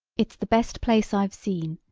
it's the best place i've seen,